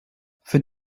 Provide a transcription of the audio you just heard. für